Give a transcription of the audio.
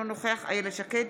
אינו נוכח איילת שקד,